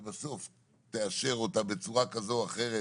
ובסוף תאשר אותה בצורה כזו או אחרת